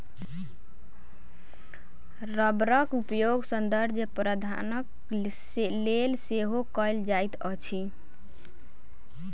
रबड़क उपयोग सौंदर्य प्रशाधनक लेल सेहो कयल जाइत अछि